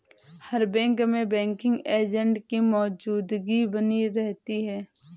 हर bank में banking agent की मौजूदगी बनी रहती है